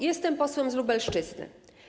Jestem posłem z Lubelszczyzny.